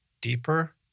deeper